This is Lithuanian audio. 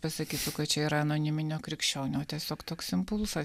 pasakytų kad čia yra anoniminio krikščionio tiesiog toks impulsas